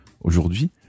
Aujourd'hui